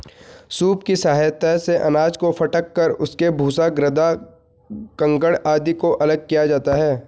soup की सहायता से अनाज को फटक कर उसके भूसा, गर्दा, कंकड़ आदि को अलग किया जाता है